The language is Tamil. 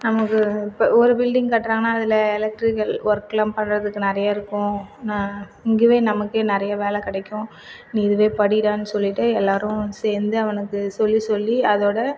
நமக்கு இப்போ ஒரு பில்டிங் கட்டுறாங்கன்னா அதில் எலக்ட்ரிக்கல் ஒர்க்கெலாம் பண்ணுறதுக்கு நிறையா இருக்கும் நான் இங்கயே நமக்கே நிறைய வேலை கிடைக்கும் நீ இதுவே படிடானு சொல்லிட்டு எல்லோரும் சேர்ந்து அவனுக்கு சொல்லி சொல்லி அதோட